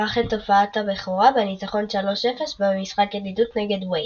ערך את הופעת הבכורה בניצחון 0–3 במשחק ידידות נגד ויילס.